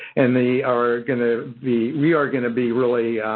and they are going to be, we are going to be really,